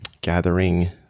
gathering